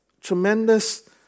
tremendous